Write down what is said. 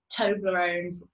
Toblerones